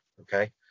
okay